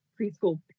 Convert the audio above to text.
preschool